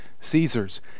Caesar's